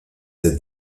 the